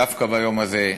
דווקא ביום הזה,